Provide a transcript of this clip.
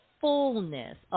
fullness